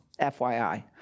FYI